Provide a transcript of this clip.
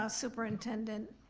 ah superintendent